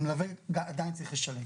המלווה גם צריך לשלם.